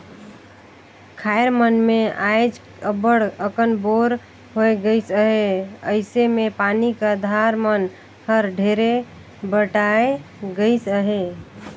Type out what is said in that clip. खाएर मन मे आएज अब्बड़ अकन बोर होए गइस अहे अइसे मे पानी का धार मन हर ढेरे बटाए गइस अहे